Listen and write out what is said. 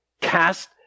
Cast